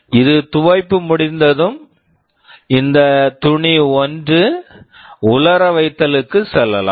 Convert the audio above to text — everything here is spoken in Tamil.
இது துவைப்பு முடிந்ததும் இந்த துணி 1 உலர வைத்தலுக்கு செல்லலாம்